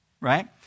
right